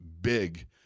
big